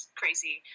crazy